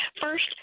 first